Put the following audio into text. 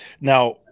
Now